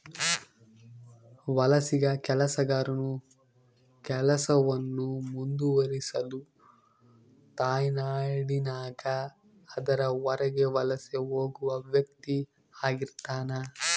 ವಲಸಿಗ ಕೆಲಸಗಾರನು ಕೆಲಸವನ್ನು ಮುಂದುವರಿಸಲು ತಾಯ್ನಾಡಿನಾಗ ಅದರ ಹೊರಗೆ ವಲಸೆ ಹೋಗುವ ವ್ಯಕ್ತಿಆಗಿರ್ತಾನ